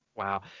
Wow